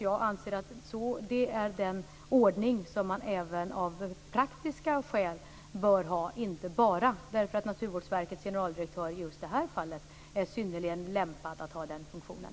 Jag anser att det är den ordning som man bör ha även av praktiska skäl, och inte bara därför att Naturvårdsverkets generaldirektör just i det här fallet är synnerligen lämpad att ha den funktionen.